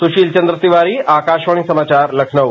सुशील चन्द्र तिवारी आकाशवाणी समाचार लखनऊ